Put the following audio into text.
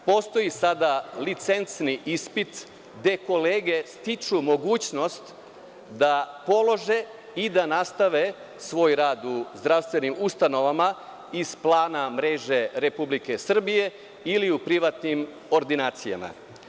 Postoji sada licencni ispit gde kolege stiču mogućnost da polože i da nastave svoj rad u zdravstvenim ustanovama iz plana mreže Republike Srbije ili u privatnim ordinacijama.